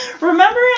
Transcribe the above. Remember